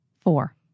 four